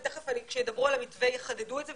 ותיכף כשידברו על המתווה יחדדו את זה,